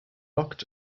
locked